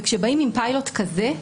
וכשבאים עם פיילוט כזה,